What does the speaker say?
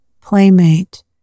playmate